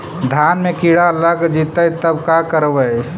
धान मे किड़ा लग जितै तब का करबइ?